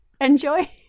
enjoy